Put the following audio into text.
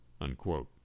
unquote